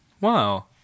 Wow